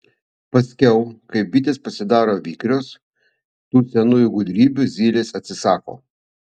paskiau kai bitės pasidaro vikrios tų senųjų gudrybių zylės atsisako